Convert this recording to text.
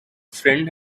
friend